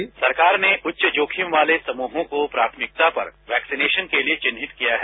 उत्तर सरकार ने उच्च जोखिम वाले समूहों को प्राथमिकता पर वैक्सिनेशन के लिए चिन्हित किया है